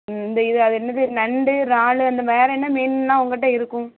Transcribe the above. இந்த இது அது என்னது நண்டு இறாலு அந்த வேறு என்ன மீனெலாம் உங்ககிட்ட இருக்கும்